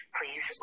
Please